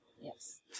yes